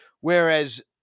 whereas